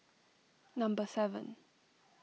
number seven